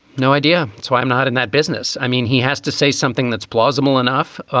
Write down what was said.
no idea. so i'm not in that business. i mean, he has to say something that's plausible enough.